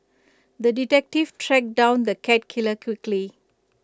the detective tracked down the cat killer quickly